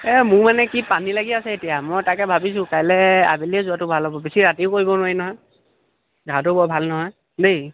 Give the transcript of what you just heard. এই মোৰ মানে কি পানী লাগি আছে এতিয়া মই তাকে ভাবিছোঁ কাইলৈ আবেলিয়ে যোৱাটো ভাল হ'ব বেছি ৰাতিও কৰিব নোৱাৰি নহয় গাটোও বৰ ভাল নহয় দেই